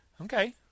Okay